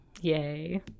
Yay